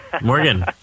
Morgan